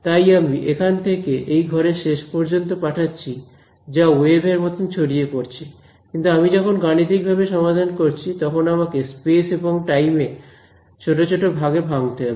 তাই আমি এখান থেকে এই ঘরের শেষ পর্যন্ত পাঠাচ্ছি যা ওয়েভ এর মত ছড়িয়ে পড়ছে কিন্তু আমি যখন গাণিতিক ভাবে সমাধান করছি তখন আমাকে স্পেস এবং টাইম এ ছোট ছোট ভাগে ভাঙতে হবে